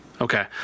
Okay